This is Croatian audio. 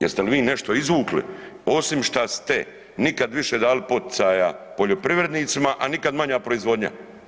Jeste li vi nešto izvukli, osim što ste, nikad više dali poticaja poljoprivrednicima, a nikad manja proizvodnja?